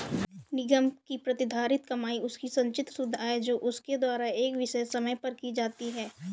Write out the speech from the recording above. निगम की प्रतिधारित कमाई उसकी संचित शुद्ध आय है जो उसके द्वारा एक विशेष समय पर की जाती है